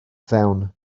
fewn